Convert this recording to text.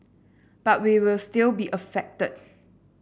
but we will still be affected